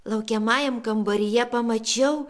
laukiamajam kambaryje pamačiau